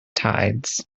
tides